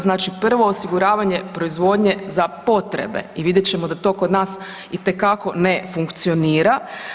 Znači prvo osiguravanje proizvodnje za potrebe i vidjet ćemo da to kod nas itekako ne funkcionira.